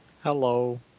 Hello